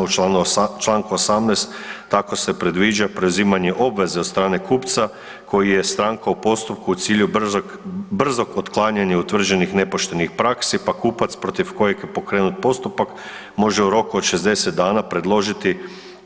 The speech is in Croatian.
U čl. 18. tako se predviđa preuzimanje obveze od strane kupca koji je stranka u postupku u cilju brzog otklanjanja utvrđenih nepoštenih praksi pa kupac protiv kojeg je pokrenut postupak može u roku od 60 dana predložiti